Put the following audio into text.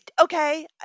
okay